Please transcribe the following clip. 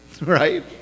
Right